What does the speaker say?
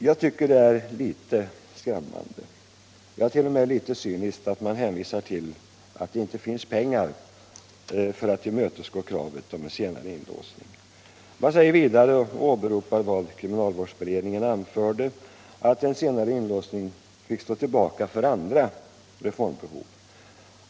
Jag tycker det är litet skrämmande, ja, t.o.m. en smula cyniskt att man hänvisar till att det inte finns pengar för att tillmötesgå kravet på senare inlåsning. Utskottsmajoriteten säger vidare — och åberopar då vad kriminalvårdsberedningen anförde — att en senare inlåsning fick stå tillbaka för andra reformbehov.